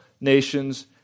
nations